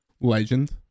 Legend